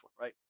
right